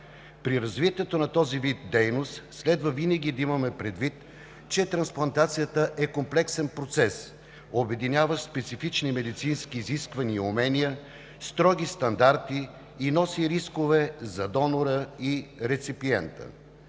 При развитието на този вид дейност следва винаги да имаме предвид, че трансплантацията е комплексен процес, обединяващ специфични медицински изисквания и умения, строги стандарти и носи рискове за донора и реципиента.